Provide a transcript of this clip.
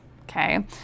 okay